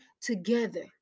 together